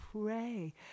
pray